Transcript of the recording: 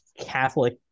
Catholic